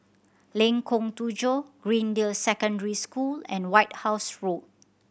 Lengkong Tujuh Greendale Secondary School and White House Road